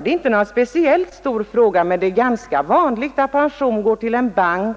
Det är inte någon speciellt stor fråga, men det är ganska vanligt att en pension går till en bank,